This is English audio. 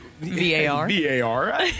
VAR